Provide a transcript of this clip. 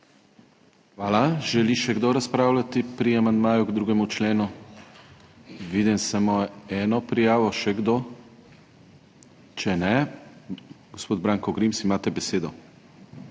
Hvala. Želi še kdo razpravljati pri amandmaju k 2. členu? Vidim samo eno prijavo. Še kdo? Če ne, gospod Branko Grims, imate besedo.